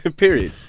and period